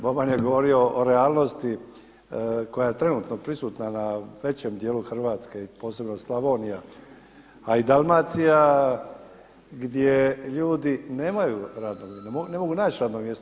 Boban je govorio o realnosti koja je trenutno prisutna na većem dijelu Hrvatske i posebno Slavonija, a i Dalmacija gdje ljudi nemaju radnog mjesta, ne mogu naći radno mjesto.